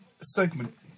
segment